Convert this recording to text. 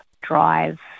drive